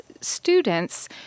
students